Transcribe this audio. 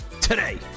Today